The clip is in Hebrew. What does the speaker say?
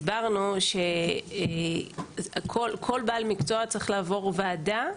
הסברנו שכל בעל מקצוע צריך לעבור ועדה.